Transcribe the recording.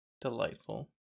Delightful